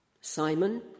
Simon